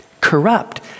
corrupt